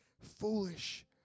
Foolish